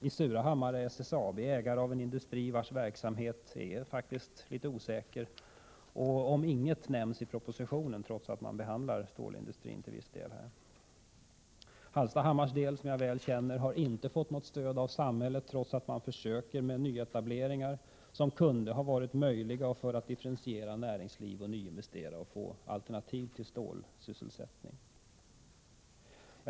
I Surahammar är SSAB ägare av en industri vars verksamhet är litet osäker. Inget nämns om den i propositionen, trots att man där behandlar stålindustrin till viss del. Hallstahammar, som jag väl känner, har inte fått något stöd av samhället, trots att man försökt med nyetableringar, som kunde ha varit möjliga, för att differentiera näringslivet och nyinvestera i syfte att få fram alternativ sysselsättning.